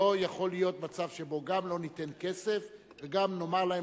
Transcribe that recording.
לא יכול להיות מצב שבו גם לא ניתן כסף וגם נאמר להם,